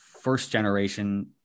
first-generation